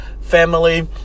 family